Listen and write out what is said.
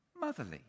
motherly